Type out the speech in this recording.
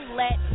let